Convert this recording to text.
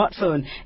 smartphone